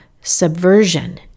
subversion